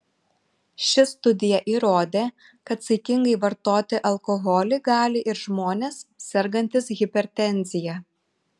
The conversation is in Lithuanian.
ši studija įrodė kad saikingai vartoti alkoholį gali ir žmonės sergantys hipertenzija